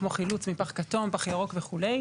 כמו חילוץ מפח כתום, פח ירוק וכו'.